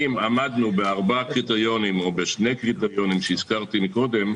אם עמדנו בארבעה או בשני קריטריונים שהזכרתי קודם,